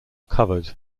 covered